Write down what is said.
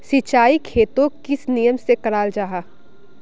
सिंचाई खेतोक किस नियम से कराल जाहा जाहा?